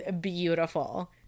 beautiful